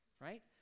right